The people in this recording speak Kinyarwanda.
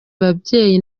babyeyi